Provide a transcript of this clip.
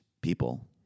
people